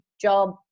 job